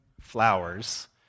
flowers